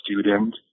student